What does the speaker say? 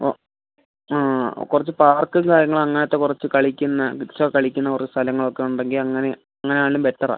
ആ ആ ആ കുറച്ച് പാർക്കും കാര്യങ്ങളും അങ്ങനത്തെ കുറച്ച് കളിക്കുന്ന കിഡ്സ് കളിക്കുന്ന കുറെ സ്ഥലങ്ങൾ ഒക്കെ ഉണ്ടെങ്കിൽ അങ്ങനെ ആയാലും ബെറ്റർ ആണ്